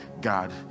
God